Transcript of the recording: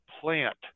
plant